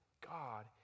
God